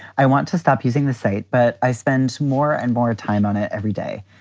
i want to stop using the site. but i spent more and more time on it every day.